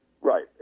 Right